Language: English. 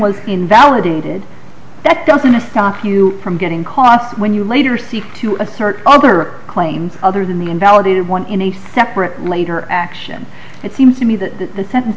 invalidated that doesn't a stop you from getting caught when you later seek to assert other claims other than the invalidated one in a separate later action it seems to me that the sentence